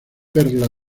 perla